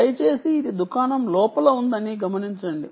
దయచేసి ఇది దుకాణం లోపల ఉందని గమనించండి